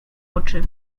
oczy